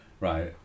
right